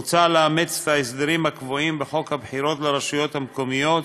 מוצע לאמץ את ההסדרים הקבועים בחוק הבחירות לרשויות המקומיות